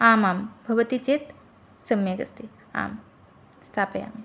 आम् आं भवति चेत् सम्यगस्ति आं स्थापयामि